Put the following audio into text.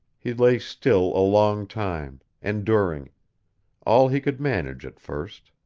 he lay still a long time, enduring all he could manage at first.